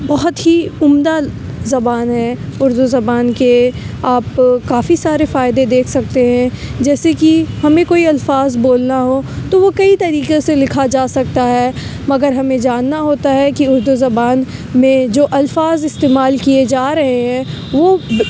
بہت ہی عمدہ زبان ہے اردو زبان کے آپ کافی سارے فائدے دیکھ سکتے ہیں جیسے کہ ہمیں کوئی الفاظ بولنا ہو تو وہ کئی طریقے سے لکھا جا سکتا ہے مگر ہمیں جاننا ہوتا ہے کہ اردو زبان میں جو الفاظ استعمال کیے جا رہے ہیں وہ